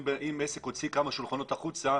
אם עסק הוציא כמה שולחנות החוצה,